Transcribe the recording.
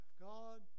God